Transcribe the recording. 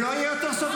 לא יאשימו